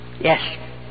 Yes